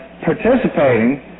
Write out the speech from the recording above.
participating